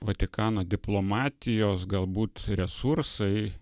vatikano diplomatijos galbūt resursai